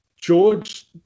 George